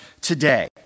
today